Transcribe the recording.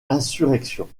insurrection